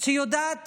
שהיא יודעת